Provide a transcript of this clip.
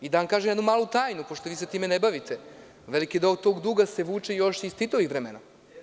Da vam kažem jednu malu tajnu, pošto se vi time ne bavite, veliki deo tog duga se vuče još iz Titovih vremena.